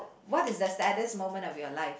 what is the saddest moment of your life